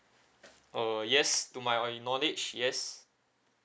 uh yes to my knowledge yes